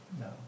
No